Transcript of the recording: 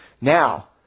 Now